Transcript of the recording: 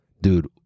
dude